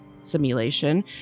simulation